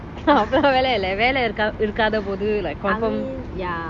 அவ்ளோ வெல்ல இல்ல வெல்ல இருக்காதபோது:avlo vella illa vella irukathabothu conform